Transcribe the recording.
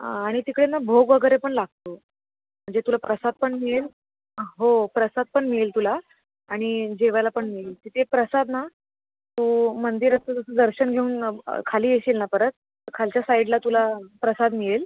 आणि तिकडे ना भोग वगैरे पण लागतो म्हणजे तुला प्रसाद पण मिळेल हो प्रसाद पण मिळेल तुला आणि जेवायला पण मिळेल तिथे प्रसाद ना तो मंदिराचं जसं दर्शन घेऊन खाली येशील ना परत तर खालच्या साईडला तुला प्रसाद मिळेल